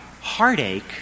heartache